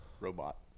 robot